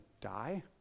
die